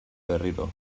berriro